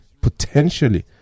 potentially